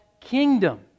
kingdom